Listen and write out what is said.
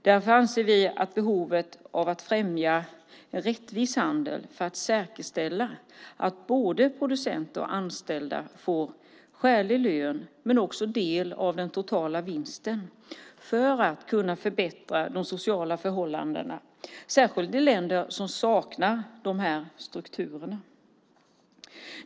Därför anser vi att det finns behov av att främja rättvis handel för att säkerställa att både producenter och anställda får skälig lön, men också del av den totala vinsten för att kunna förbättra de sociala förhållandena, särskilt i länder som saknar de här strukturerna.